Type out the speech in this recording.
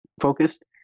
focused